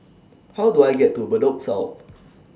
How Do I get to Bedok South